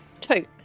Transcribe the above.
Two